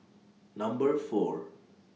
Number four